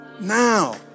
now